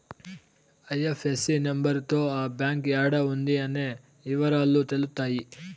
IFSC number తో ఆ bank యాడా ఉంది అనే అన్ని ఇవరాలు తెలుత్తాయి